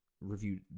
reviewed